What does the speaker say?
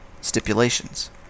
Stipulations